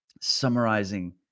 summarizing